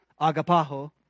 agapaho